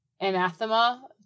anathema